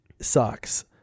sucks